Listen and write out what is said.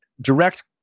direct